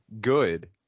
good